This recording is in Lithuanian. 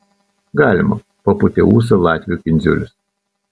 galima papūtė ūsą latvių kindziulis